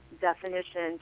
definition